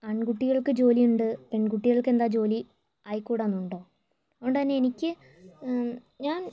ആൺകുട്ടികൾക്ക് ജോലിയുണ്ട് പെൺകുട്ടികൾക്ക് എന്താ ജോലി ആയിക്കൂടാ എന്നുണ്ടോ അത്കൊണ്ട്തന്നെ എനിക്ക് ഞാൻ